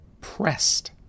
pressed